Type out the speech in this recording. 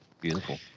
Beautiful